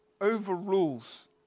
overrules